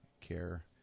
Care